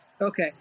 okay